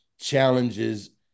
challenges